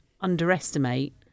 underestimate